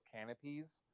canopies